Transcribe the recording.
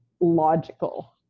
logical